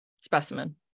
specimen